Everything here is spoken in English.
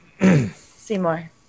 Seymour